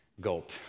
Gulp